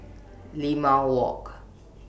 Limau Walk